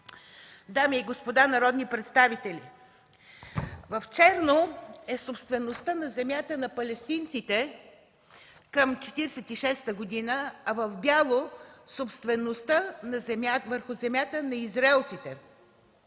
дами и господа народни представители. (Показва я.) В черно е собствеността на земята на палестинците към 1946 г., а в бяло – собствеността върху земята на израелците.